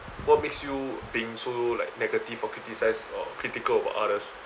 what makes you think so like negative or criticise or critical about others